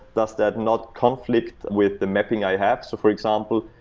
does that not conflict with the mapping i have? so for example,